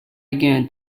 again